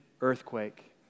earthquake